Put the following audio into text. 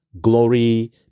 Glory